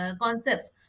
concepts